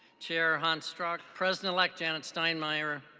chair hans strauch, president-elect janet steinmayer,